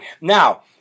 Now